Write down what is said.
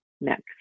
next